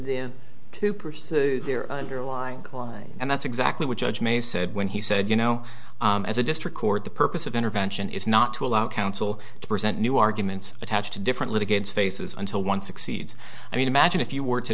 will to pursue their underlying law and that's exactly what judge may said when he said you know as a district court the purpose of intervention is not to allow counsel to present new arguments attached to different litigates faces until one succeeds i mean imagine if you were to